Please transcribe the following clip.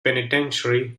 penitentiary